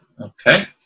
Okay